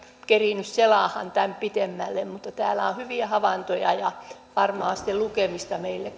kerinnyt selaamaan tämän pidemmälle täällä on on hyviä havaintoja ja varmasti lukemista meille